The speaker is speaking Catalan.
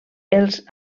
els